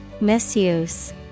Misuse